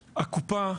הקופה,